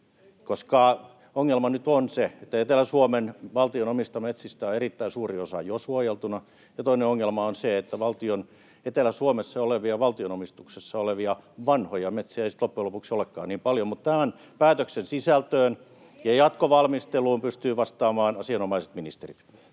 koska ongelma nyt on se, että Etelä-Suomessa valtion omista metsistä on erittäin suuri osa jo suojeltuna, ja toinen ongelma on se, että Etelä-Suomessa olevia valtion omistuksessa olevia vanhoja metsiä ei sitten loppujen lopuksi olekaan niin paljon. Tämän päätöksen sisällöstä ja jatkovalmistelusta pystyvät vastaamaan asianomaiset ministerit.